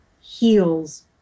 heals